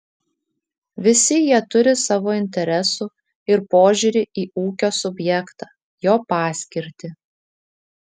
visi jie turi savo interesų ir požiūrį į ūkio subjektą jo paskirtį